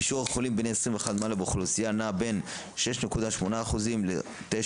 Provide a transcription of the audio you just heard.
שיעור החולים בני 21 ומעלה באוכלוסייה נע בין 6.8% ל-9.9%.